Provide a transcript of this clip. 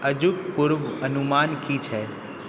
आजुक पूर्वानुमान की छै